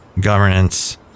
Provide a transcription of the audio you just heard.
governance